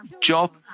Job